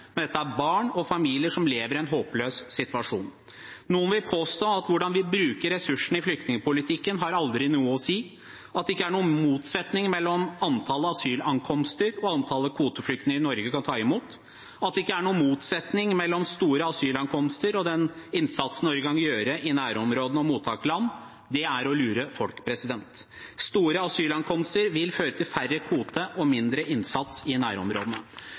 men dette er barn og familier som lever i en håpløs situasjon. Noen vil påstå at hvordan vi bruker ressursene i flyktningpolitikken, aldri har noe å si, at det ikke er noen motsetning mellom antall asylankomster og antallet kvoteflyktninger Norge kan ta imot, og at det ikke er noen motsetning mellom store asylankomster og den innsatsen Norge kan gjøre i nærområdene og mottakerland. Det er å lure folk. Store asylankomster vil føre til færre kvoter og mindre innsats i nærområdene.